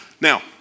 Now